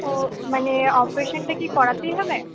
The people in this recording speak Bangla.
ও মানে অপারেশনটা কি করাতেই হবে